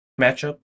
matchup